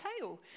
tail